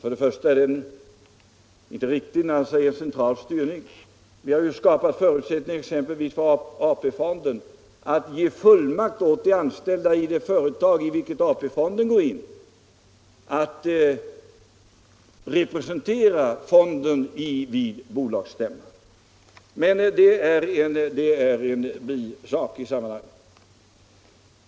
I och för sig är det inte riktigt när han säger ”central styrning”. Vi har ju t.ex. skapat förutsättningar för AP-fonden att ge fullmakt åt de anställda i de företag som fonden går in i att representera fonden vid bolagsstämmorna. Men detta är en bisak i sammanhanget.